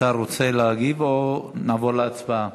השר רוצה להגיב או נעבור להצבעה?